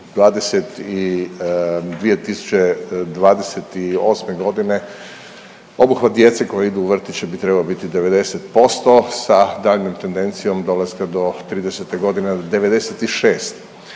28. g. obuhvat djece koji idu u vrtić bi trebao biti 90% sa daljnjom tendencijom dolaska do '30. g. do 96.